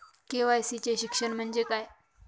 KYC चे शिक्षण म्हणजे काय?